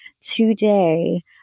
today